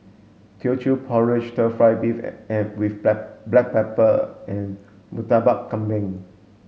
Teochew porridge stir fried beef and with black pepper and Murtabak Kambing